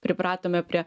pripratome prie